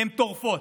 הן טורפות,